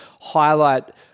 highlight